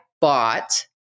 bought